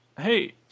hey